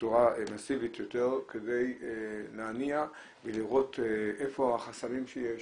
בצורה מסיבית יותר כדי להניע ולראות איפה החסמים שיש,